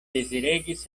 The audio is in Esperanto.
deziregis